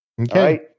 Okay